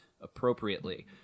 appropriately